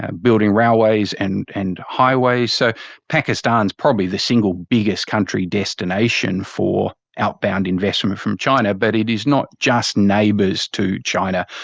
ah building railways and and highways. so pakistan is probably the single biggest country destination for outbound investment from china, but it is not just neighbours to china,